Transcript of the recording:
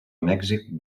mèxic